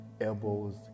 elbows